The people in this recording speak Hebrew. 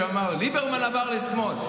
שאמרו: ליברמן עבר לשמאל.